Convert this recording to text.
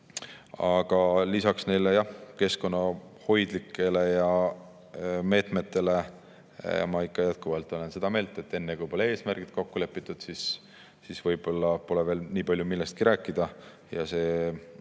teha lisaks neile keskkonnahoidlikele meetmetele. Aga ma olen jätkuvalt seda meelt, et enne kui pole eesmärgid kokku lepitud, pole võib-olla veel nii palju millestki rääkida, ja